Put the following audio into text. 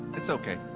it's okay.